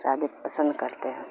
شادی پسند کرتے ہیں